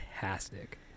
fantastic